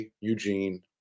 Eugene